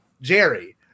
jerry